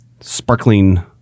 sparkling